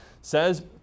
says